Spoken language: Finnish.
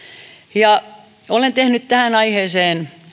ja olen tehnyt tästä aiheesta